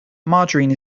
margarine